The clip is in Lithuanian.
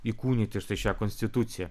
įkūnyti štai šią konstituciją